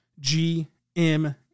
GM